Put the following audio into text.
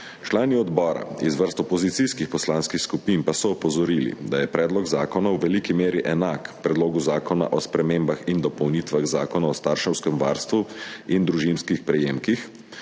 Člani odbora iz vrst opozicijskih poslanskih skupin pa so opozorili, da je predlog zakona v veliki meri enak Predlogu zakona o spremembah in dopolnitvah Zakona o starševskem varstvu in družinskih prejemkih,